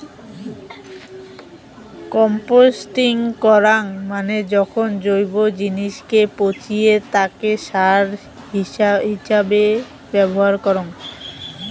composting করাঙ মানে যখন জৈব জিনিসকে পচিয়ে তাকে সার হিছাবে ব্যবহার করঙ